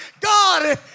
God